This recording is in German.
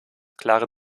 klare